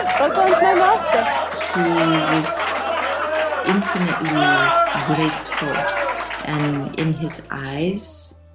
bhagwan's my master. he was infinitely graceful and in his eyes,